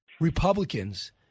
Republicans